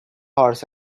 horse